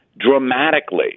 dramatically